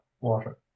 water